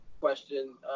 question